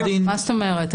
מה זאת אומרת?